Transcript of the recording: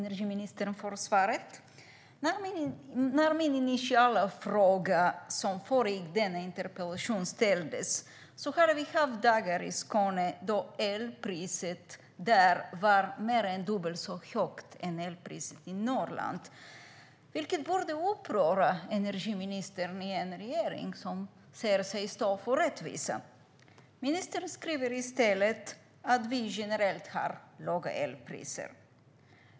Fru talman! Jag tackar energiministern för svaret. När min initiala fråga ställdes hade vi haft dagar då elpriset i Skåne var dubbelt så högt som i Norrland, vilket borde uppröra energiministern i en regering som säger sig stå för rättvisa. Ministern skriver i stället att vi generellt har låga elpriser.